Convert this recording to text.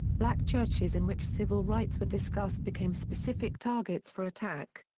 black churches in which civil rights were discussed became specific targets for attack.